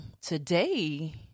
today